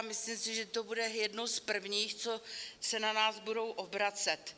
A myslím si, že to bude jedno z prvních, co se na nás budou obracet.